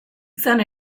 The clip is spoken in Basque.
izan